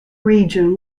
region